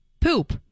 Poop